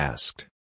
Asked